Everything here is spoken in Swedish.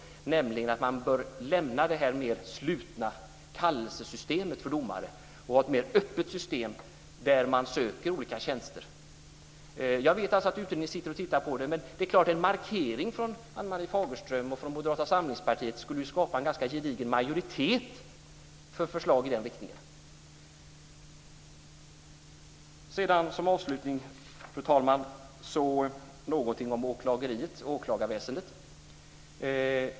Vi menar att man bör lämna det mer slutna kallelsesystemet för domare och ha ett mer öppet system, där man söker olika tjänster. Jag vet att utredningen tittar på det. Men en markering från Ann-Marie Fagerström och från Moderata samlingspartiet skulle skapa en gedigen majoritet för förslag i den riktningen. Fru talman! Som avslutning någonting om åklageriet, åklagarväsendet.